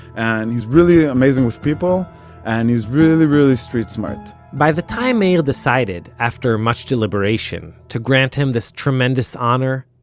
and he's really amazing with people and he's really really street smart by the time meir decided after much deliberation to grant him this tremendous honor,